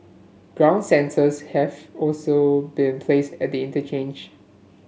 ground sensors have also been placed at the interchange